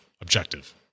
objective